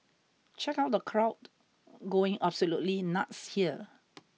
check out the crowd going absolutely nuts here